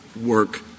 work